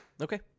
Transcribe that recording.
okay